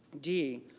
d.